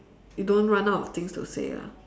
you don't run out of things to say ah